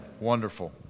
Wonderful